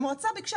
המועצה ביקשה,